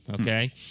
Okay